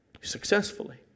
successfully